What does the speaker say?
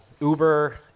Uber